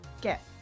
get